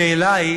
השאלה היא